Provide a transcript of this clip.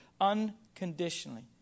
unconditionally